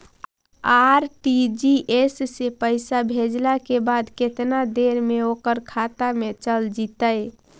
RTGS से पैसा भेजला के बाद केतना देर मे ओकर खाता मे चल जितै?